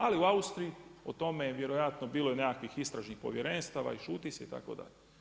Ali u Austriji o tome je vjerojatno bilo i nekakvih istražnih povjerenstava i šuti se itd.